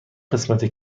قسمت